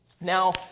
Now